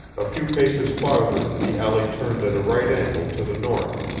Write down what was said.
a few paces farther the alley turned at a right angle to the north,